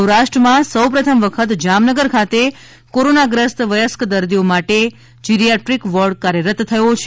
સૌરાષ્ટ્રમાં સૌપ્રથમ વખત જામનગર ખાતે કોરોનાગ્રસ્ત વયસ્ક દર્દીઓ માટે જીરીયાદ્રીક વોર્ડ કાર્યરત થયો છે